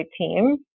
team